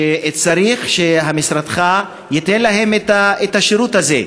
וצריך שמשרדך ייתן להם את השירות הזה.